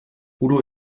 udo